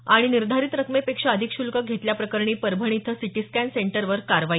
आणि स निर्धारित रकमेपेक्षा अधिक शुल्क घेतल्याप्रकरणी परभणी इथं सिटीस्कॅन सेंटरवर कारवाई